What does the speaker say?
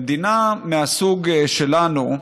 במדינה מהסוג שלנו,